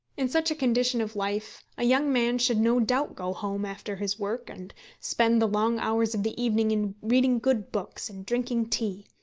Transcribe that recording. in such a condition of life a young man should no doubt go home after his work, and spend the long hours of the evening in reading good books and drinking tea.